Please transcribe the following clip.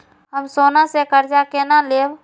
हम सोना से कर्जा केना लैब?